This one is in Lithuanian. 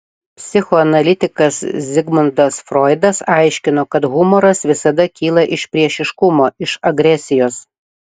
psichoanalitikas zigmundas froidas aiškino kad humoras visada kyla iš priešiškumo iš agresijos